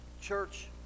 church